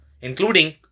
including